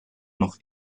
nog